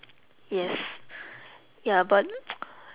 yes ya but